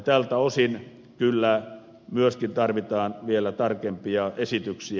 tältä osin kyllä myöskin tarvitaan vielä tarkempia esityksiä